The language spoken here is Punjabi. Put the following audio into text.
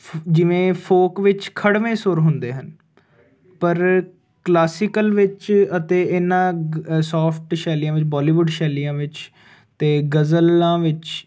ਜਿਵੇਂ ਫੋਕ ਵਿੱਚ ਖੜਵੇਂ ਸੁਰ ਹੁੰਦੇ ਹਨ ਪਰ ਕਲਾਸਿਕਲ ਵਿੱਚ ਅਤੇ ਇਹਨਾਂ ਸੋਫਟ ਸੈਲੀਆਂ ਵਿੱਚ ਬੋਲੀਵੁੱਡ ਸ਼ੈਲੀਆਂ ਵਿੱਚ ਤੇ ਗਜ਼ਲਾਂ ਵਿੱਚ